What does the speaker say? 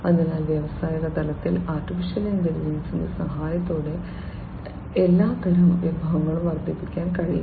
അതിനാൽ വ്യാവസായിക തലത്തിൽ AI യുടെ സഹായത്തോടെ എല്ലാത്തരം വിഭവങ്ങളും വർദ്ധിപ്പിക്കാൻ കഴിയും